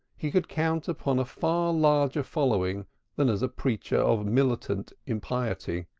he could count upon a far larger following than as a preacher of militant impiety.